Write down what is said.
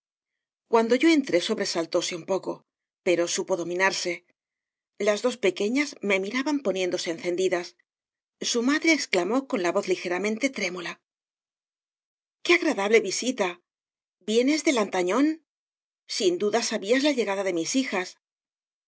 do yo entré sobresaltóse un poco pero supo dominarse las dos pequeñas me miraban poniéndose encendidas su madre exclamo con la voz ligeramente trémula qué agradable visita vienes de lantañón sin duda sabías la llegada de mis hijas